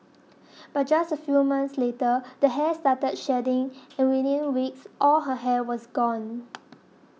but just a few months later the hair started shedding and within weeks all her hair was gone